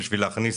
כדי להכניס